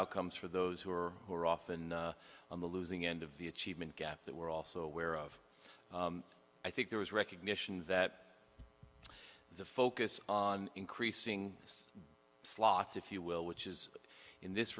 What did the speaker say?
outcomes for those who are who are often on the losing end of the achievement gap that we're also aware of i think there is recognition that the focus on increasing slots if you will which is in this